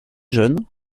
jeune